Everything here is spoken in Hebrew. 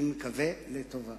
אני מקווה שלטובה.